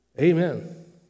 Amen